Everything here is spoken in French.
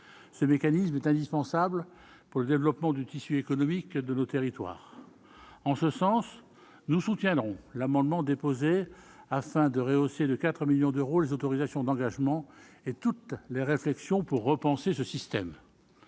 ce mécanisme est indispensable pour le développement du tissu économique de nos territoires en ce sens nous soutiendrons l'amendement déposé afin de rehausser de 4 millions d'euros les autorisations d'engagement et toutes les réflexions pour repenser ce système,